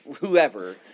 whoever